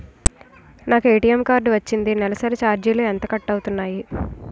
నాకు ATM card వచ్చింది నెలసరి ఛార్జీలు ఎంత కట్ అవ్తున్నాయి?